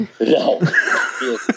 No